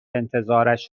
انتظارش